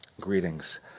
Greetings